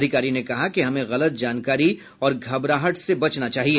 अधिकारी ने कहा कि हमें गलत जानकारी और घबराहट से बचना चाहिए